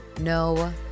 No